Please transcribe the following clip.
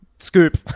Scoop